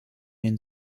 den